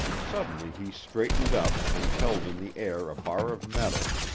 suddenly he straightened up and held in the air a bar of metal,